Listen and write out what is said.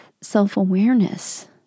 self-awareness